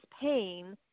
pain